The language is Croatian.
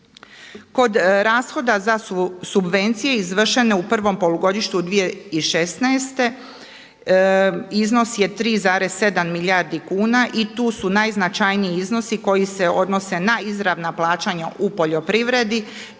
Kod rashoda za subvencije izvršene u prvom polugodištu 2016. iznos je 3,7 milijardi kuna i tu su najznačajniji iznosi koji se odnose na izravna plaćanja u poljoprivredi.